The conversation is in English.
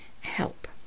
help